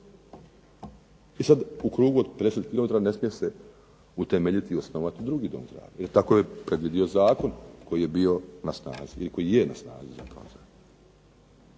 E sad, u krugu od 50 km ne smije se utemeljiti i osnovati drugi dom zdravlja jer tako je predvidio zakon koji je bio na snazi i koji je na snazi zapravo.